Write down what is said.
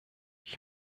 ich